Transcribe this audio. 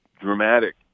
dramatic